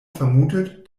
vermutet